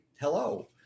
hello